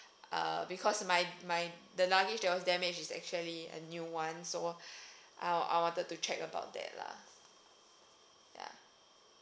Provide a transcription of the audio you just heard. uh because my my the luggage that was damaged is actually a new one so I I wanted to check about that lah ya